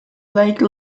lake